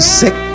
sick